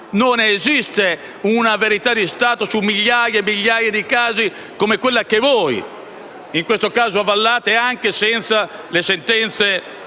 Non esiste una verità di Stato su migliaia e migliaia di casi come quella che voi, in questo caso, avallate anche senza le sentenze